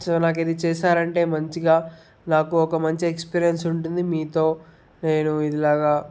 so నాకు ఇది చేశారంటే మంచిగా నాకు ఒక మంచి ఎక్స్పిరియన్స్ ఉంటుంది మీతో నేను ఇది ఇలాగా